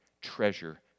Treasure